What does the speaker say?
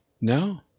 No